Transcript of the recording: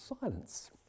silence